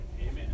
Amen